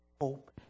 hope